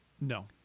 No